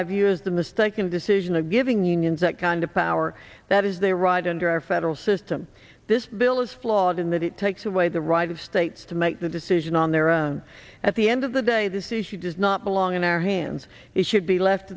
the mistaken decision of giving unions that kind of power that is their right under our federal system this bill is flawed in that it takes away the right of states to make the decision on their own at the end of the day this issue does not belong in our hands it should be left